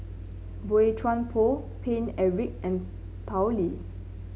Boey Chuan Poh Paine Eric and Tao Li